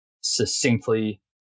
succinctly